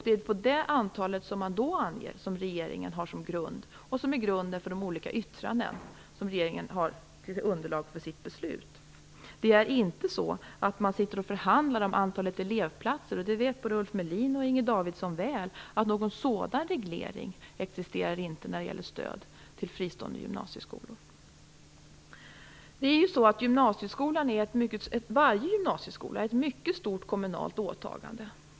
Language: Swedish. Det är det antal som man då anger som utgör grunden för de olika yttranden som regeringen har som underlag för sitt beslut. Det är inte så att man förhandlar om antalet elevplatser. Både Ulf Melin och Inger Davidson vet väl att någon sådan reglering inte existerar när det gäller stöd till fristående gymnasieskolor. Varje gymnasieskola är ett mycket stort kommunalt åtagande.